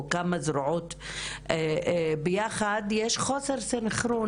או כמה זרועות ביחד יש חוסר סנכרון.